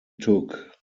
took